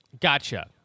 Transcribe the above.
Gotcha